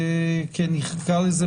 כנקרא לזה,